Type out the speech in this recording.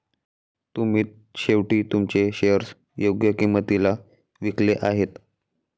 तुम्ही शेवटी तुमचे शेअर्स योग्य किंमतीला विकले आहेत